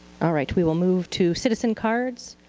all right. we will move to citizen cards.